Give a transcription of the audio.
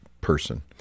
person